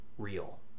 real